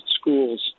schools